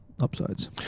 upsides